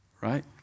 right